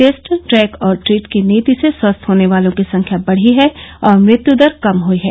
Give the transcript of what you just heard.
test track और treat की नीति से स्वस्थ होने वालों की संख्या बढ़ी है और मृत्यु दर कम हुई है